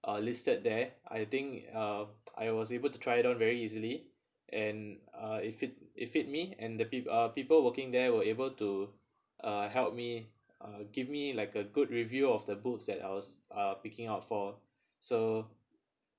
uh listed there I think uh I was able to try it on very easily and uh it fit it fit me and the peop~ people working there were able to uh help me uh give me like a good review of the boots that I was uh picking out for so